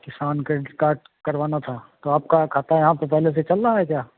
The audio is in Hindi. किसान क्रेडिट कार्ड करवाना था तो आपका खाता यहाँ पर पहले से चल रहा है क्या